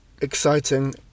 exciting